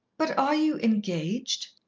but are you engaged?